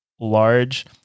large